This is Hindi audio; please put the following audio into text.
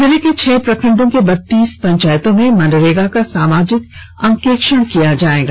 जिले के छह प्रखंडों के बत्तीस पंचायतों में मनरेगा का सामाजिक अंकेक्षण किया जाएगा